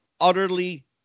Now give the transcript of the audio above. utterly